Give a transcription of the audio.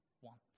want